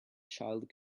child